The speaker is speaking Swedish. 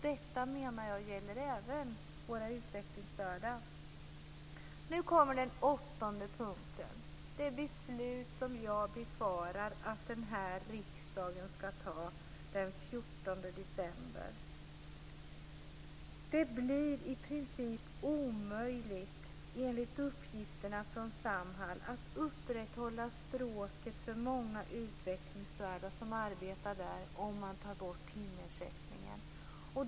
Detta menar jag gäller även våra utvecklingsstörda. 8. Den här punkten gäller det beslut som jag befarar att riksdagen kommer att fatta den 14 december. Det blir i princip omöjligt, enligt uppgifter från Samhall, att upprätthålla språket för många utvecklingsstörda som arbetar där om man tar bort timersättningen.